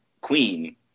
Queen